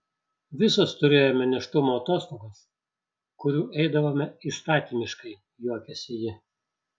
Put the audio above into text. visos turėjome nėštumo atostogas kurių eidavome įstatymiškai juokėsi ji